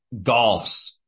golfs